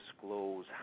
disclose